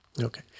Okay